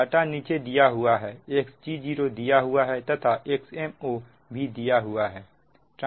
data नीचे दिया हुआ है Xg0 दिया हुआ है तथा Xmo भी दिया हुआ है